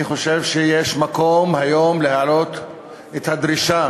אני חושב שיש מקום היום להעלות את הדרישה